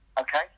okay